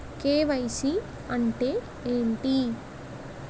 KYC అంటే ఏంటి?